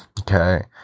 Okay